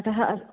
अतः